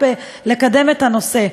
במשרד לביטחון הפנים לקדם את הנושא.